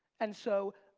and so,